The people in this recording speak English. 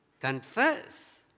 Confess